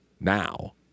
now